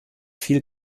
viel